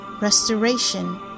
restoration